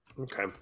Okay